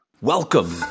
Welcome